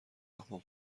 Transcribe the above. اقوام